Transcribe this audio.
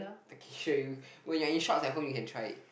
I can show you when you have shorts at home you can try it